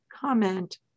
comment